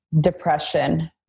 depression